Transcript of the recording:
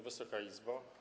Wysoka Izbo!